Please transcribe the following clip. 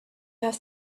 have